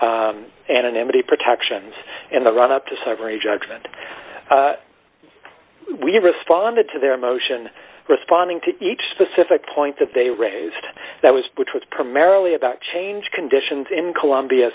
the anonymity protections in the run up to sever a judgment we have responded to their motion responding to each specific point that they raised that was which was primarily about change conditions in colombia